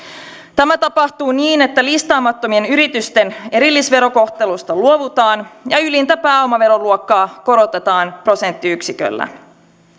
tämä tapahtuu niin että listaamattomien yritysten erillisverokohtelusta luovutaan ja ylintä pääomaveroluokkaa korotetaan prosenttiyksiköllä